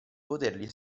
poterli